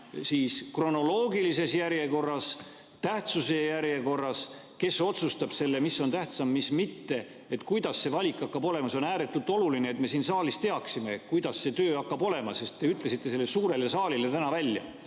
kronoloogilises järjekorras või tähtsuse järjekorras? Kes otsustab selle, mis on tähtsam, mis mitte? Kuidas see valik hakkab olema? See on ääretult oluline, et me siin saalis teaksime, kuidas töö hakkab käima, sest te ütlesite selle suurele saalile täna välja.